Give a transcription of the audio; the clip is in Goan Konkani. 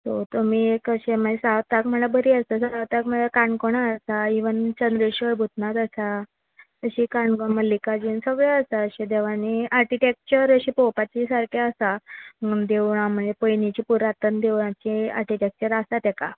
सो तुमी एक अशें मागी सावताक म्हळ्ळ्या बरीं आसा जर सावताक म्हळ्या काणकोणां आसा इवन चंद्रेश्वर भुतनाथ आसा अशीं काणकोण मल्लिकार्जून सगळे आसा अशे देव आनी आर्टिटॅक्चर अशें पळोवपाची सारकें आसा देवळां म्हणजे पयलींचीं पुरातन देवळांची आर्टिटॅक्चर आसता तेका